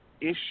issue